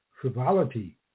frivolity